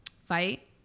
fight